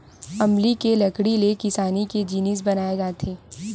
अमली के लकड़ी ले किसानी के जिनिस बनाए जाथे